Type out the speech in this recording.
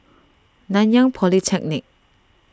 Nanyang Polytechnic